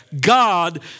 God